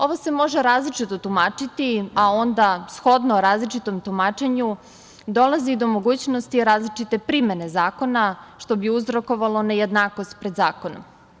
Ovo se može različito tumačiti, a onda shodno različitom tumačenju dolazi do mogućnosti različite primene zakona, što bi uzrokovalo nejednakost pred zakonom.